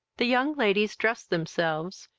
the young ladies dressed themselves,